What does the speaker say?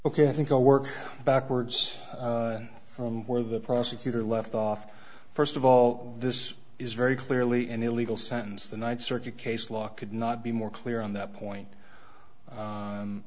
ok i think i'll work backwards from where the prosecutor left off first of all this is very clearly an illegal sentence the ninth circuit case law could not be more clear on that point